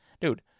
Dude